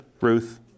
Ruth